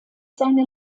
seine